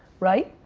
right?